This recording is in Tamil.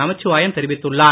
நமச்சிவாயம் தெரிவித்துள்ளார்